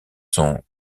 sont